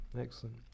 excellent